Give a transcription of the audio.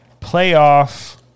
playoff